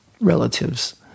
relatives